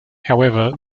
however